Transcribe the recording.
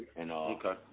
Okay